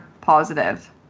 positive